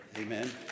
Amen